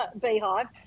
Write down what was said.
beehive